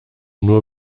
nur